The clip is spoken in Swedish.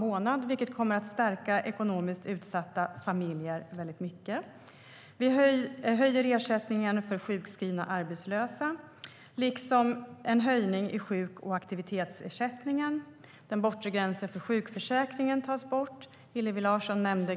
Denna höjning kommer att stärka ekonomiskt utsatta familjer väldigt mycket. Vi höjer ersättningen för sjukskrivna arbetslösa, och vi höjer även ersättningen inom sjuk och aktivitetsersättningen. Den bortre gränsen för sjukförsäkringen tas bort. Hillevi Larsson nämnde